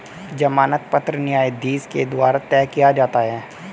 जमानत पत्र न्यायाधीश के द्वारा तय किया जाता है